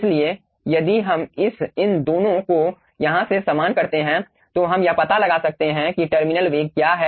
इसलिए यदि हम इस इन दोनों को यहाँ से समान करते हैं तो हम यह पता लगा सकते हैं कि टर्मिनल वेग क्या है